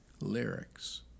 lyrics